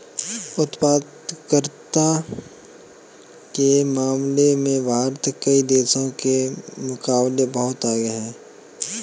उत्पादकता के मामले में भारत कई देशों के मुकाबले बहुत आगे है